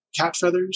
Catfeathers